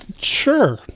Sure